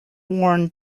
worn